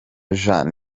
jean